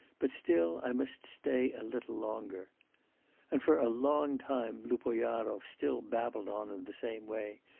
but still i must stay a little longer and for a long time lupoyarov still babbled on in the same way,